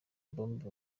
bombe